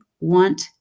want